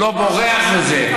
והוא לא בורח מזה.